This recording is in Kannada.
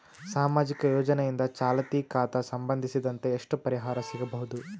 ಸಾಮಾಜಿಕ ಯೋಜನೆಯಿಂದ ಚಾಲತಿ ಖಾತಾ ಸಂಬಂಧಿಸಿದಂತೆ ಎಷ್ಟು ಪರಿಹಾರ ಸಿಗಬಹುದು?